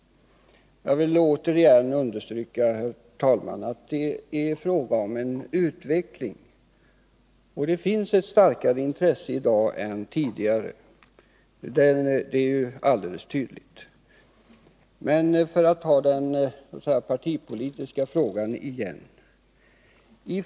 Jag vill återigen understryka, herr talman, att det här är fråga om en utveckling och att det finns ett starkare intresse i dag för religionskunskapen än tidigare — det är ju alldeles tydligt. Men jag vill ta upp den partipolitiska frågan igen.